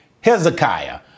Hezekiah